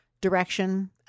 direction